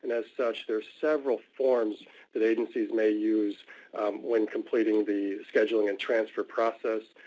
as such, there are several forms that agencies may use when completing the scheduling and transfer process.